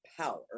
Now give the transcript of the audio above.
power